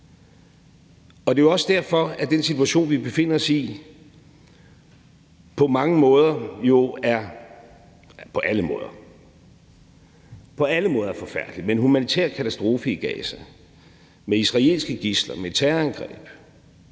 Det er jo også derfor, at den situation, vi befinder os i, på mange måder, nej, på alle måder er forfærdelig – med en humanitær katastrofe i Gaza, med israelske gidsler, med terrorangreb.